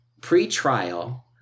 pre-trial